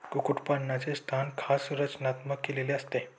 कुक्कुटपालनाचे स्थान खास रचनात्मक केलेले असते